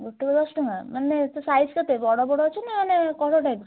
ଗୋଟେକୁ ଦଶ ଟଙ୍କା ମାନେ ତା' ସାଇଜ୍ କେତେ ବଡ଼ ବଡ଼ ଅଛି ନା ମାନେ କଢ଼ ଟାଇପ୍ର